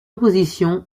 opposition